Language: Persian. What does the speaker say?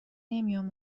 نمیام